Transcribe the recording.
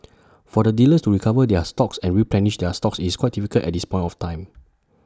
for the dealers to recover their stocks and replenish their stocks is quite difficult at this point of time